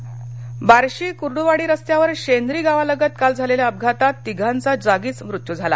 अपघात सोलापुर बार्शी कुर्डुवाडी रस्त्यावर शेंदरी गावालगत काल झालेल्या अपघातात तिघांचा जागीच मृत्यू झाला